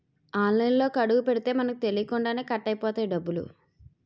ఆన్లైన్లోకి అడుగుపెడితే మనకు తెలియకుండానే కట్ అయిపోతాయి డబ్బులు